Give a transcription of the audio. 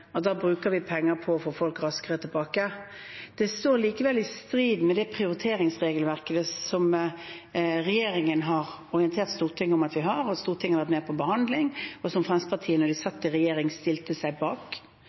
da bruker vi penger på å få folk raskere tilbake. Det står likevel i strid med det prioriteringsregelverket regjeringen har orientert Stortinget om at vi har, som Stortinget har vært med på å behandle, og som Fremskrittspartiet, da de satt i regjering, stilte seg bak,